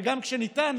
וגם כשהוא ניתן,